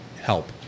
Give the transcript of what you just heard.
help